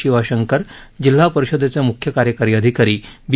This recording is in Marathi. शिवाशंकर जिल्हा परिषदेचे मुख्य कार्यकारी अधिकारी बी